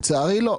לצערי לא.